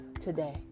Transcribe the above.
today